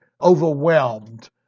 overwhelmed